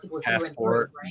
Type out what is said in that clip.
passport